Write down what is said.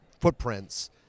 footprints